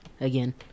again